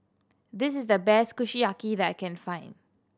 this is the best Kushiyaki that I can find